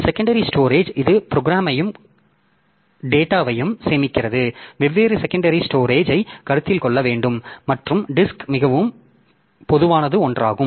secondary storage இது ப்ரோக்ராமையும் டேட்டாவையும் சேமிக்கிறது வெவ்வேறு செகண்டரி ஸ்டோரேஜை கருத்தில் கொள்ள வேண்டும் மற்றும் டிஸ்க் மிகவும் பொதுவான ஒன்றாகும்